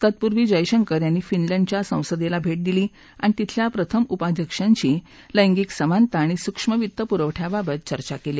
तत्पूर्वी जयशंकर यांनी फिनलँडच्या संसदेला भेट दिली आणि खेल्या प्रथम उपाध्यक्षांशी लैंगिक समानता आणि सूक्ष्म वित्त पुरवठाबाबत चर्चा केली